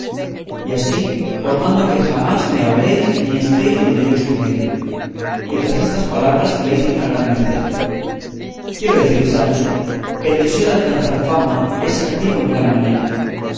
y así os mando que jamás me habléis ni estéis donde yo estuviere y tras estas palabras le hizo una gran merced quiero decir sancho que el deseo de alcanzar fama es activo en gran manera